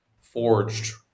forged